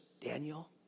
Daniel